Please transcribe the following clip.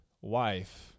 wife